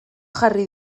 jarri